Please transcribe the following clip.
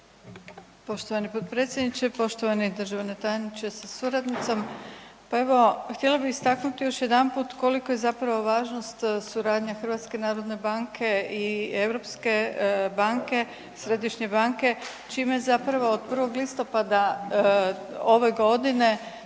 Poštovani potpredsjedniče, poštovani državni tajniče sa suradnicom. Pa evo, htjela bi istaknuti još jedanput koliko je zapravo važnost suradnje HNB-a i Europske banke, središnje banke, čime zapravo od 1. listopada ove godine